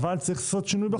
אבל צריך לעשות שינוי בחוק.